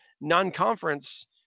non-conference